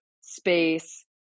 space